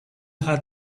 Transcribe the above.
had